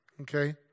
Okay